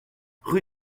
rue